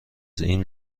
این